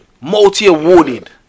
multi-awarded